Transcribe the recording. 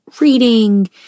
reading